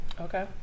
Okay